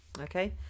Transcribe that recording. Okay